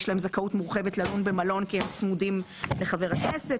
יש להם זכאות מורחבת ללון במלון כי הם צמודים לחבר הכנסת,